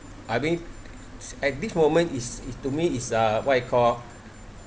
I mean at this moment is is to me is uh what you call